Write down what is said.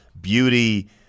beauty